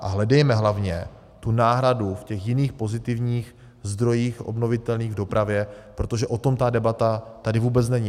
A hledejme hlavně náhradu v jiných pozitivních zdrojích, obnovitelných, v dopravě, protože o tom ta debata tady vůbec není.